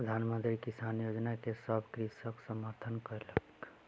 प्रधान मंत्री किसान योजना के सभ कृषक समर्थन कयलक